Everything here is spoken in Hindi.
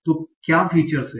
तो क्या फीचर्स हैं